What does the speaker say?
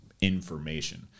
information